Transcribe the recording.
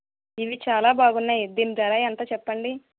ఇవి చాలా బాగున్నాయి దీని ధర ఎంత చెప్పండి